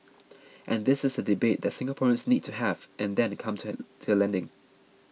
and this is a debate that Singaporeans need to have and then come to an to a landing